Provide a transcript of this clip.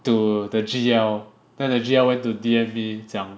to the G_L then the G_L went to D_M me 讲